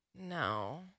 No